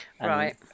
Right